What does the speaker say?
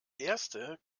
erste